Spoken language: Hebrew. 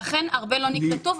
לכן הרבה לא נקלטו.